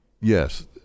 Yes